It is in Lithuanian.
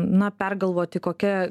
na pergalvoti kokia